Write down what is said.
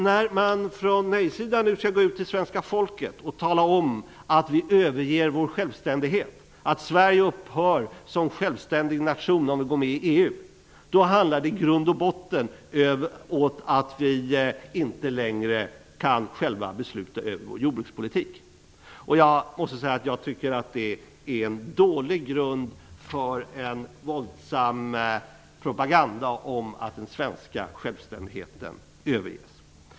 När man nu från nej-sidan skall gå ut till svenska folket och tala om att Sverige överger sin självständighet och upphör som självständig nation om vi går med i EU, handlar det i grund och botten om att vi inte längre själva kan besluta om vår jordbrukspolitik. Det är en dålig grund för en våldsam propaganda om att den svenska självständigheten överges.